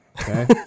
Okay